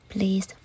Please